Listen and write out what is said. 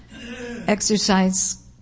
Exercise